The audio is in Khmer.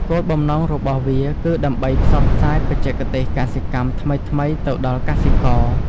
គោលបំណងរបស់វាគឺដើម្បីផ្សព្វផ្សាយបច្ចេកទេសកសិកម្មថ្មីៗទៅដល់កសិករ។